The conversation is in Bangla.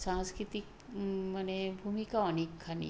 সাংস্কৃতিক মানে ভূমিকা অনেকখানি